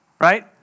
right